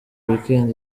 weekend